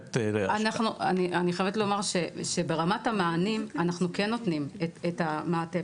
אני חייבת לומר שברמת המענים אנחנו כן נותנים את המעטפת.